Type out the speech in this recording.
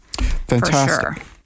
fantastic